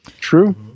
True